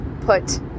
put